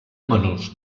menors